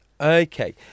Okay